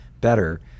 better